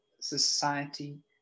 society